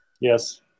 Yes